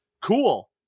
cool